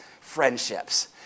friendships